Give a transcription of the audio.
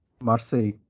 Marseille